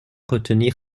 retenir